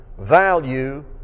value